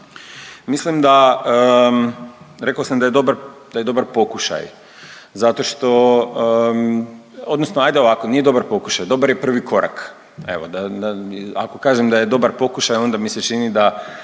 sam da je dobar, da je dobar pokušaj zato što odnosno ajde ovako, nije dobar pokušaj, dobar je prvi korak, evo da, da, ako kažem da je dobar pokušaj onda mi se čini da,